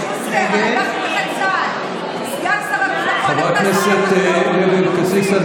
נגד חברת הכנסת לוי אבקסיס,